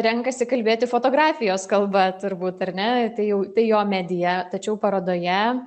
renkasi kalbėti fotografijos kalba turbūt ar ne tai jau tai jo medija tačiau parodoje